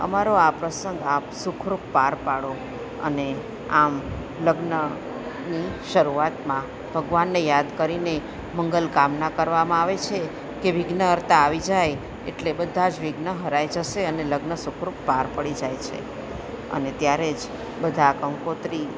અમારો આ પ્રસંગ આપ સુખરૂપ પાર પાડો અને આમ લગ્નની શરૂઆતમાં ભગવાનને યાદ કરીને મંગલકામના કરવામાં આવે છે કે કે વિઘ્નહર્તા આવી જાય એટલે બધાં જ વિઘ્ન હરાઈ જશે અને લગ્ન સુખરૂખ પાર પડી જાય છે અને ત્યારે જ બધા કંકોત્રી